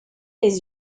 les